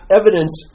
evidence